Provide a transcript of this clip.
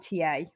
TA